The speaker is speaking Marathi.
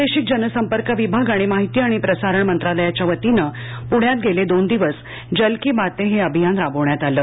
प्रादेशिक जनसंपर्क विभाग आणि माहिती आणि प्रसारण मंत्रालयाच्या वतीनं पृण्यात गेले दोन दिवस जल की बाते हे अभियान राबवण्यात आलं